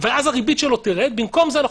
ואז הריבית שלו תרד במקום זה,